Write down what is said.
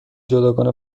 جداگانه